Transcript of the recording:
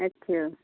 अच्छा